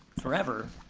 forever,